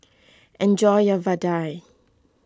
enjoy your Vadai